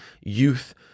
Youth